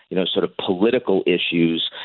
you know, sort of political issues,